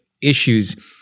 issues